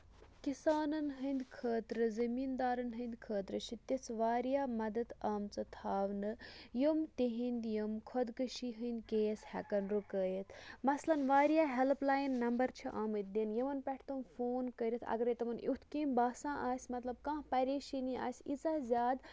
کِسانن ہِندۍ خٲطرٕ زٔمیٖندارَن ہِندۍ خٲطرٕ چھِ تِژھ واریاہ مدد آمژٕ تھاونہٕ یِم تِہِندۍ یِم خۄدکٔشی ہِندۍ کیس ہٮ۪کن رُکٲیِتھ مَثلن واریاہ ہیلٕپ لاین نَمبر چھِ آمٕتۍ دِنہٕ یِمن پٮ۪ٹھ تِم فون کٔرِتھ اَگرے تِمن یُتھ کینہہ باسان آسہِ مطلب کانہہ پَریشٲنی آسہِ ییٖژھ زیادٕ